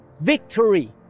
victory